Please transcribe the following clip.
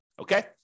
Okay